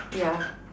yeah